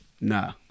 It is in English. Nah